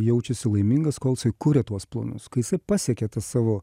jaučiasi laimingas kol jisai kuria tuos planus jisai pasiekia tą savo